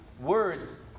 words